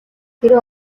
хэрэв